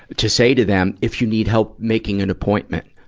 to say to them, if you need help making an appointment,